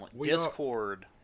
Discord